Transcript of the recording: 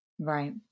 Right